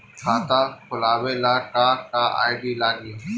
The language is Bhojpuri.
खाता खोलाबे ला का का आइडी लागी?